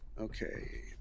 Okay